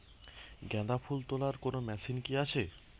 গাঁদাফুল তোলার কোন মেশিন কি আছে?